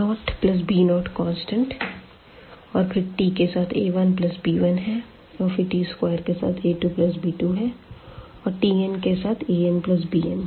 a0b0कांस्टेंट और फिर t साथ यह a1b1 है और t2 के साथ a2b2 है और tn के साथ anbnहै